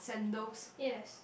yes